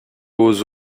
aux